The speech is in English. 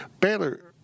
Baylor